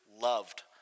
loved